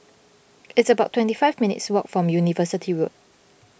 it's about twenty five minutes' walk form University Road